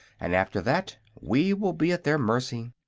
and after that we will be at their mercy.